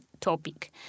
topic